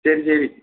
ശരി ശരി